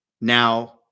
now